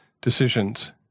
decisions